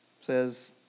says